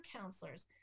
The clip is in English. counselors